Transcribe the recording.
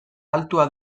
altua